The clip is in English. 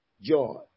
joy